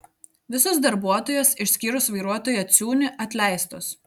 visos darbuotojos išskyrus vairuotoją ciūnį atleistos